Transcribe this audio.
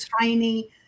tiny